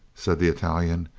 said the italian.